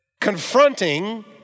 confronting